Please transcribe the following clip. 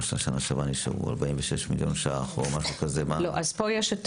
למשל שנה שעברה נשארו 46 מיליון שקלים או משהו כזה --- פה יש את